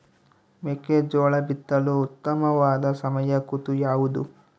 ಮೆಕ್ಕೆಜೋಳ ಬಿತ್ತಲು ಉತ್ತಮವಾದ ಸಮಯ ಋತು ಯಾವುದು?